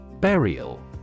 Burial